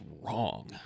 wrong